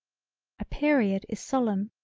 a period is solemn.